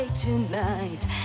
Tonight